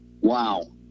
wow